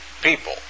people